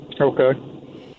Okay